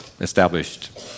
established